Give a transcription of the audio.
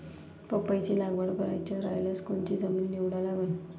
पपईची लागवड करायची रायल्यास कोनची जमीन निवडा लागन?